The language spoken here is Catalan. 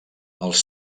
els